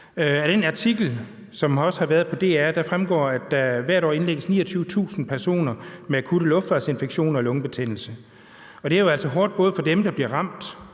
på DR's hjemmeside, fremgår det, at der hvert år indlægges 29.000 personer med akutte luftvejsinfektioner og lungebetændelse. Det er jo altså hårdt både for dem, der bliver ramt